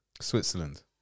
Switzerland